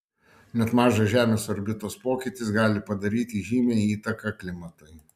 net mažas žemės orbitos pokytis gali padaryti žymią įtaką klimatui